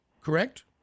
correct